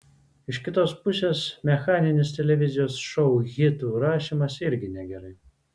iš kitos pusės mechaninis televizijos šou hitų rašymas irgi negerai